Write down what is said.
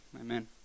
Amen